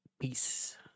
Peace